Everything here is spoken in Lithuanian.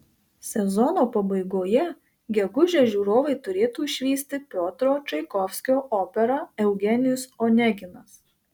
sezono pabaigoje gegužę žiūrovai turėtų išvysti piotro čaikovskio operą eugenijus oneginas